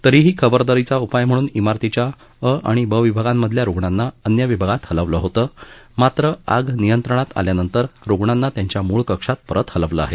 तरीही खबरदारीचा उपाय म्हणून मिरतीच्या अ ब विभागांमधल्या रुगणांना अन्य विभागांमधे हलवलं होतं मात्र आग नियंत्रणात आल्यानंतर रुग्णांना त्यांच्या मूळ कक्षात परत हलवलं आहे